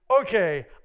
okay